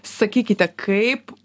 sakykite kaip